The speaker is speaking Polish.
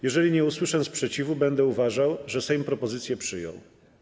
Jeżeli nie usłyszę sprzeciwu, będę uważał, że Sejm propozycję przyjął.